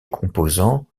composants